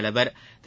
தலைவர் திரு